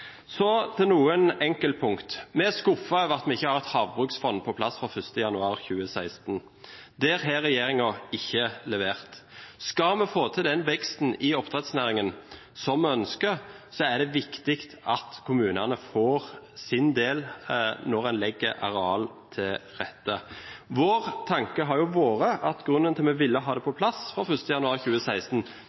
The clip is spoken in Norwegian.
Så til noen enkeltpunkter. Vi er skuffet over at vi ikke har et havbruksfond på plass fra 1. januar 2016. Der har regjeringen ikke levert. Skal vi få til den veksten i oppdrettsnæringen som vi ønsker, er det viktig at kommunene får sin del når en legger areal til rette. Vår tanke har vært at grunnen til vi ville ha det på plass fra 1. januar 2016,